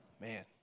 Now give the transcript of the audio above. Man